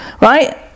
right